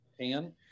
Pan